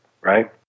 right